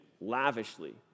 lavishly